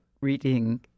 reading